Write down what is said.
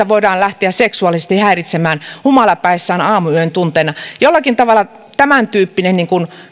voidaan lähteä seksuaalisesti häiritsemään humalapäissään aamuyön tunteina jollakin tavalla tämäntyyppinen